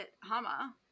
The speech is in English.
Hama